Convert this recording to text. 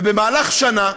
ובמהלך שנה,